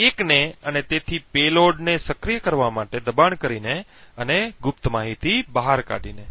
1 ને અને તેથી પેલોડને સક્રિય કરવા માટે દબાણ કરીને અને ગુપ્ત માહિતી બહાર કાઢીને